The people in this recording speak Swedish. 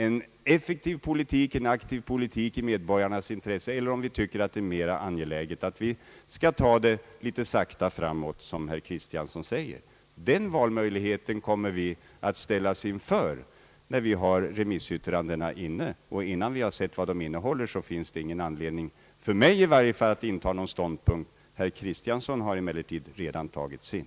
En aktivare politik i detta avseende i medborgarnas intresse, eller om vi skall gå sakta framåt, som herr Kristiansson vill. Den valmöjligheten kommer vi att ställas inför, när remissyttrandena har kommit in. Innan vi sett vad de innehåller finns det i varje fall ingen anledning för mig att inta någon ståndpunkt. Herr Kristiansson har däremot redan intagit sin.